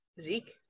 Zeke